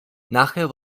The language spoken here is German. nachher